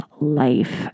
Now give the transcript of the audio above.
life